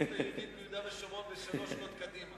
בהתיישבות היהודית ביהודה ושומרון בשלוש שנות קדימה.